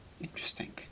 interesting